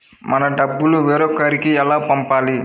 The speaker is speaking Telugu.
మన డబ్బులు వేరొకరికి ఎలా పంపాలి?